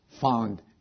found